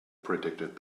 predicted